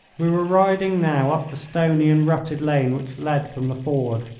we were riding now up the stony and rutted lane which led from the ford.